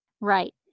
Right